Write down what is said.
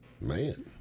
Man